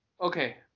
Okay